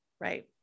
right